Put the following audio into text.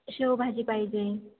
शेवभाजी पाहिजे